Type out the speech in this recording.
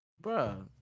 bro